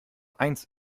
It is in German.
eins